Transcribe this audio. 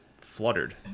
fluttered